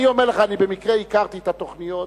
אני במקרה הכרתי את התוכניות.